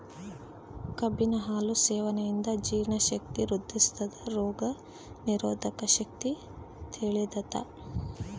ಕಬ್ಬಿನ ಹಾಲು ಸೇವನೆಯಿಂದ ಜೀರ್ಣ ಶಕ್ತಿ ವೃದ್ಧಿಸ್ಥಾದ ರೋಗ ನಿರೋಧಕ ಶಕ್ತಿ ಬೆಳಿತದ